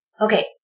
Okay